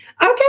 Okay